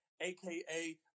aka